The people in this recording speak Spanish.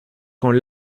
con